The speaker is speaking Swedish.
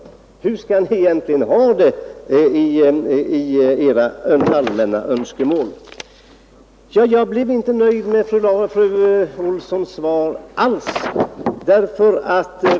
Hur skall ni egentligen ha det med era önskemål? Jag blev inte alls nöjd med fru Olssons i Hölö svar.